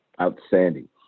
Outstanding